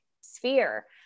sphere